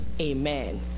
amen